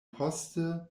poste